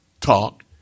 talk